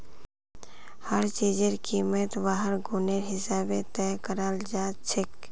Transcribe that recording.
हर चीजेर कीमत वहार गुनेर हिसाबे तय कराल जाछेक